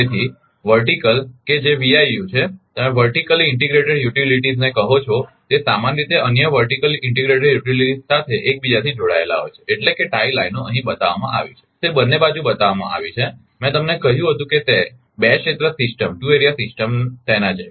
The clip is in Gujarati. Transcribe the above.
તેથી વર્ટિકલ કે જે VIU છે તમે વર્ટિકલી ઇન્ટિગ્રેટેડ યુટિલિટીને કહો છો તે સામાન્ય રીતે અન્ય વર્ટિકલ ઇન્ટિગ્રેટેડ યુટિલિટીસ સાથે એકબીજાથી જોડાયેલા હોય છે એટલે કે ટાઇ લાઇનો અહીં બતાવવામાં આવી છે તે બંને બાજુ બતાવવામાં આવી છે મેં તમને કહ્યું હતું કે બે ક્ષેત્ર સિસ્ટમ તેના જેમ